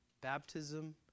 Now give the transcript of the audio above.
baptism